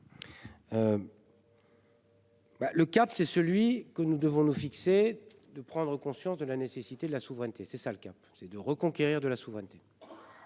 le quatre c'est celui que nous devons nous fixer de prendre conscience de la nécessité de la souveraineté c'est ça le cap, c'est de reconquérir de la souveraineté.